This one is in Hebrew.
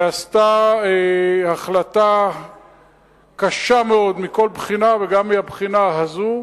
וזו החלטה קשה מאוד מכל בחינה וגם מהבחינה הזאת.